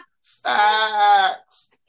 Sax